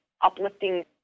uplifting